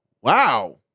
Wow